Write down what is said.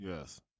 Yes